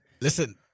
Listen